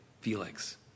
Felix